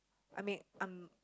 I mean I'm